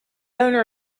owner